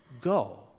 Go